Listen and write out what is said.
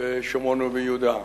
בשומרון וביהודה.